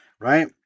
right